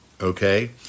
okay